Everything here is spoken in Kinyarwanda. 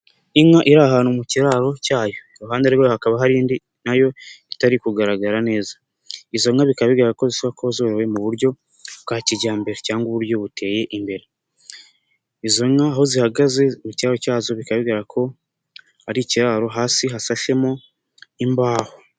Inka iri ahantu mu kiraro cyayo, iruhande rwayo hakaba hari indi na yo itari kugaragara neza. Izo nka bikaba bigaragara ko zorowe mu buryo, bwa kijyambere cyangwa uburyo buteye imbere. Izo nka aho zihagaze mu kiraro cyazo bikaba bigaragara ko ari ikiraro, hasi hasashemo imbaho.